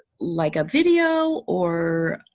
like a video or